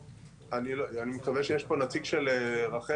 אני מקווה שיש פה נציג של רח"ל,